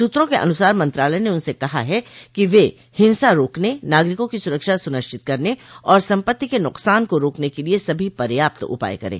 सूत्रों के अनुसार मंत्रालय ने उनसे कहा है कि वे हिंसा रोकने नागरिकों की सरक्षा सुनिश्चित करने और सम्पत्ति के नुकसान को रोकने के लिए सभी पर्याप्त उपाय करें